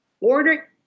order